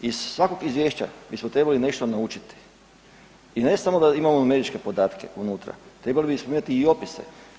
Iz svakog izvješća bismo trebali nešto naučiti i ne samo da imamo numeričke podatke unutra, trebali bi spomenuti i opise.